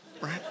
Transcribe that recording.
right